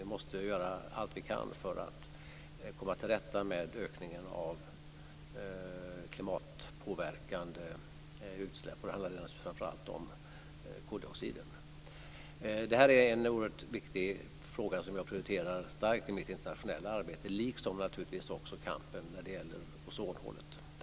Vi måste göra allt vi kan för att komma till rätta med ökningen av klimatpåverkande utsläpp, och framför allt handlar det naturligtvis om koldioxiden. Det här en oerhört viktig fråga som jag prioriterar starkt i mitt internationella arbete, liksom naturligtvis också kampen när det gäller ozonhålet.